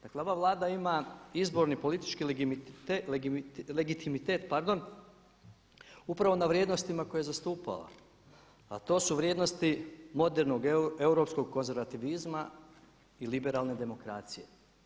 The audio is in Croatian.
Dakle, ova Vlada ima izborni politički legitimitet upravo na vrijednostima koje je zastupala, a to su vrijednosti modernog europskog konzervativizma i liberalne demokracije.